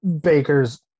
bakers